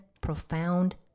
profound